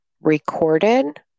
recorded